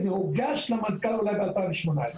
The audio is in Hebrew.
זה הוגש למנכ"ל אולי ב-2018.